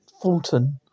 Fulton